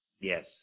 Yes